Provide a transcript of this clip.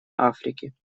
африки